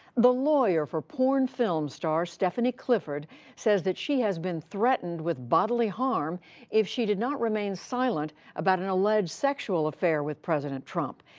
the lawyer for porn film star stephanie clifford says that she has been threatened with bodily harm if she did not remain silent about an alleged sexual affair with president trump.